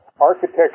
architecture